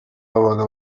babaga